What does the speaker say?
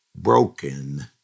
broken